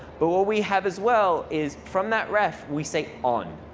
but what we have as well is from that ref, we say on.